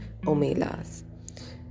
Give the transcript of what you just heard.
Omelas